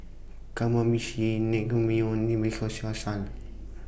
Kamameshi Naengmyeon